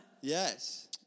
Yes